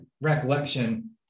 recollection